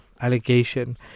allegation